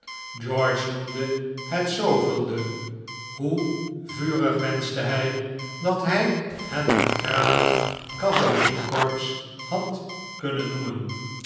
george noemde het de hoe vurig wenschte hij dat hij het een kranig cavalerie corps had kunnen noemen